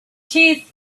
teeth